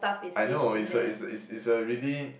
I know it's a it's it's it's a really